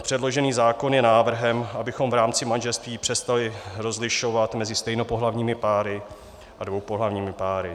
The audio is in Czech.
Předložený zákon je návrhem, abychom v rámci manželství přestali rozlišovat mezi stejnopohlavními páry a dvoupohlavními páry.